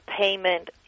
payment